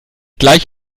gleich